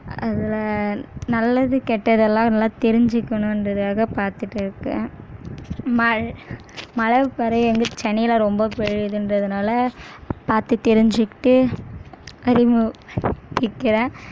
அதில் நல்லது கெட்டதெல்லாம் எல்லாம் தெரிஞ்சுக்கணுன்றதுக்காக பார்த்துட்டுருக்கேன் மழை வந்து சென்னையில் ரொம்ப பேய்யுதுன்றதுனால பார்த்து தெரிஞ்சிக்கிட்டு அறிமு கிக்கிறேன்